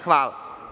Hvala.